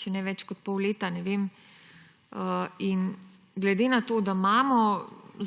če ne več kot pol leta, ne vem. Glede na to, da imamo